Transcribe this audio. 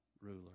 ruler